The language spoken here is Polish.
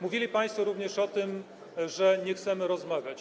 Mówili państwo również o tym, że nie chcemy rozmawiać.